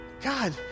God